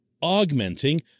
augmenting